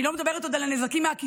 אני עוד לא מדברת על הנזקים העקיפים,